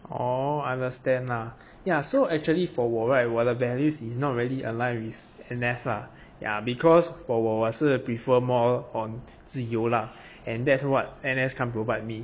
oh I understand lah ya so actually for 我 right 我的 values is not really aligned with N_S lah ya because for 我我是 prefer more on 自由啦 and that's what N_S can't provide me